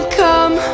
come